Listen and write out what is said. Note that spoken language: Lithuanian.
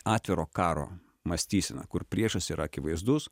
atviro karo mąstyseną kur priešas yra akivaizdus